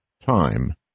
time